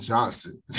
Johnson